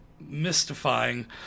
mystifying